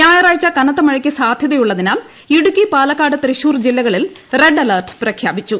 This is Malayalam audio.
ഞായറാഴ്ച കനത്ത മഴക്ക് സാധ്യതയുള്ളതിനാൽ ഇടുക്കി പാലക്കാട് തൃശൂർ ജില്ലകളിൽ റെഡ് അലർട്ട് പ്രഖ്യാപിച്ചു